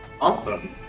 Awesome